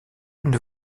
une